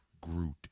Groot